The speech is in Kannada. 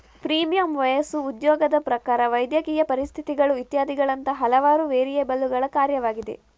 ಪ್ರೀಮಿಯಂ ವಯಸ್ಸು, ಉದ್ಯೋಗದ ಪ್ರಕಾರ, ವೈದ್ಯಕೀಯ ಪರಿಸ್ಥಿತಿಗಳು ಇತ್ಯಾದಿಗಳಂತಹ ಹಲವಾರು ವೇರಿಯಬಲ್ಲುಗಳ ಕಾರ್ಯವಾಗಿದೆ